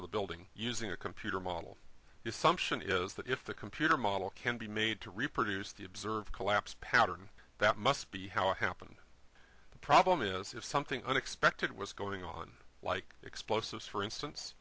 of the building using a computer model is sumption is that if the computer model can be made to reproduce the observed collapse pattern that must be how it happened the problem is if something unexpected was going on like explosives for instance